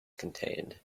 contained